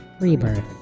Rebirth